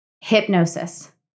hypnosis